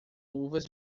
luvas